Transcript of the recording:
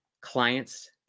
clients